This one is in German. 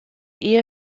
ehe